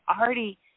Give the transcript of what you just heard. already